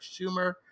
Schumer